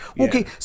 Okay